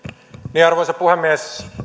puheenvuoron arvoisa puhemies